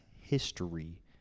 history